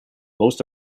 most